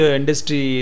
industry